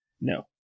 No